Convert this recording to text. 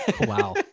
Wow